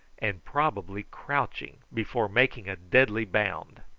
and probably crouching before making a deadly bound.